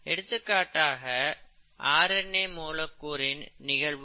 எடுத்துக்காட்டாக R N A மூலக்கூறின் நிகழ்வுகள்